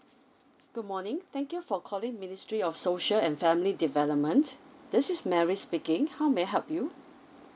good morning thank you for calling ministry of social and family development this is mary speaking how may I help you